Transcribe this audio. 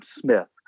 Smith